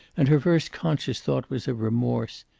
and her first conscious thought was of remorse,